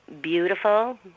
beautiful